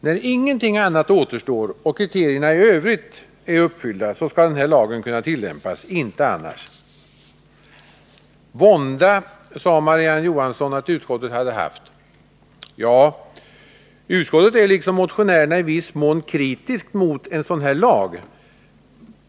När ingenting annat återstår och kriterierna i övrigt är uppfyllda skall den här lagen kunna tillämpas — inte annars. Vånda sade Marie-Ann Johansson att utskottet hade haft. Ja, utskottet är liksom motionärerna i viss mån kritiskt mot en sådan här lag.